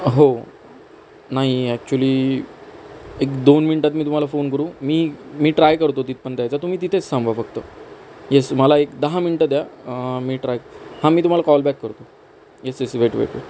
हो नाही ॲक्च्युली एक दोन मिनटांत मी तुम्हाला फोन करू मी मी ट्राय करतो तिथपर्यंत यायचा तुम्ही तिथेच थांबा फक्त येस मला एक दहा मिनटं द्या मी ट्राय हां मी तुम्हाला कॉल बॅक करतो yes yes wait wait weight